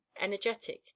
Energetic